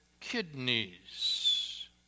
kidneys